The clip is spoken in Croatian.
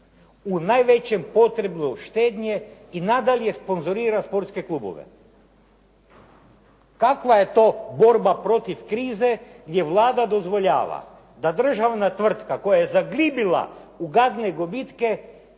u najvećem potrebu štednje i nadalje sponzorira sportske klubove? Kakva je to borba protiv krize gdje Vlada dozvoljava da državna tvrtka koja je zaglibila u gadne gubitke